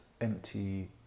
empty